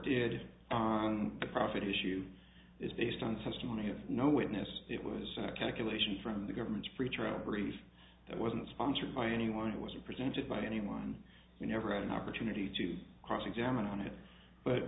did on the profit issue is based on testimony of no witness it was a calculation from the government's free trial brief that wasn't sponsored by anyone it was presented by anyone you never had an opportunity to cross examine on it but